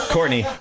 Courtney